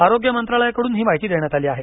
आरोग्य मंत्रालयाकडून ही माहिती देण्यात आली आहे